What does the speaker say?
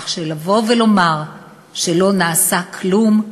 כך שלבוא ולומר שלא נעשה כלום,